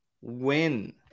win